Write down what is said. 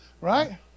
right